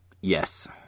Yes